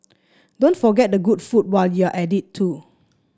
don't forget the good food while you're at it too